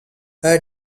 her